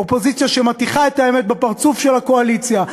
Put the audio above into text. אופוזיציה שמטיחה את האמת בפרצוף של הקואליציה,